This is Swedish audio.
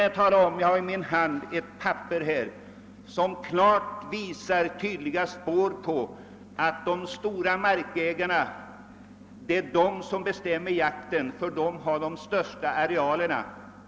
Jag har i min hand ett papper av vilket klart framgår att det är de stora markägarna som bestämmer i fråga om jakten eftersom de har de största arealerna.